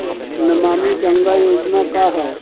नमामि गंगा योजना का ह?